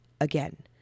again